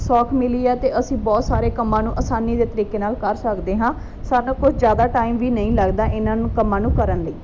ਸੌਖ ਮਿਲੀ ਆ ਅਤੇ ਅਸੀਂ ਬਹੁਤ ਸਾਰੇ ਕੰਮਾਂ ਨੂੰ ਆਸਾਨੀ ਦੇ ਤਰੀਕੇ ਨਾਲ ਕਰ ਸਕਦੇ ਹਾਂ ਸਾਡਾ ਕੁਝ ਜ਼ਿਆਦਾ ਟਾਈਮ ਵੀ ਨਹੀਂ ਲੱਗਦਾ ਇਹਨਾਂ ਨੂੰ ਕੰਮਾਂ ਨੂੰ ਕਰਨ ਲਈ